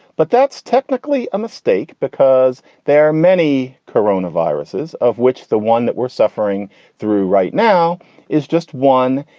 but that's technically a mistake because there are many coronaviruses of which the one that we're suffering through right now is just one.